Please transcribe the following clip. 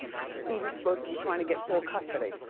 stevie's supposed to be trying to get full custody.